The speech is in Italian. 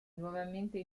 nuovamente